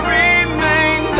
remain